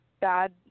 bad